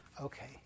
Okay